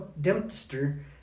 Dempster